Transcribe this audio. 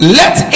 let